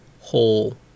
whole